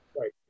Right